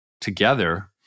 together